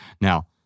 Now